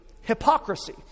Hypocrisy